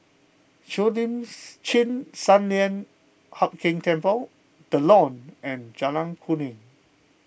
Cheo Lims Chin Sun Lian Hup Keng Temple the Lawn and Jalan Kuning